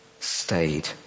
stayed